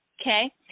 Okay